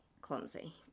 clumsy